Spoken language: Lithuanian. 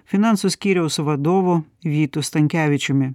finansų skyriaus vadovu vytu stankevičiumi